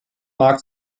markt